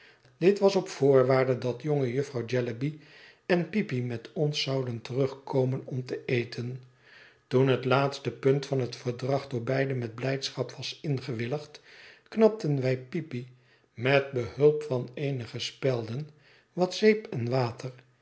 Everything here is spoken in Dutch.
dit was op voorwaarde dat jonge jufvrouw jellyby en peepy met ons zouden terugkomen om te eten toen het laatste punt van het verdrag door beiden met blijdschap was ingewilligd knapten wij peepy met behulp van eenige spelden wat zeep en water